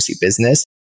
business